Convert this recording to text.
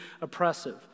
oppressive